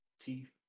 Teeth